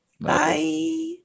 bye